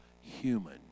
human